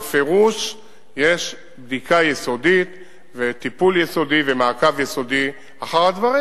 בפירוש יש בדיקה יסודית וטיפול יסודי ומעקב יסודי אחר הדברים.